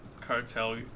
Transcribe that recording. cartel